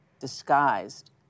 disguised